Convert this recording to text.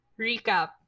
recap